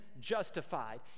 justified